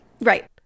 Right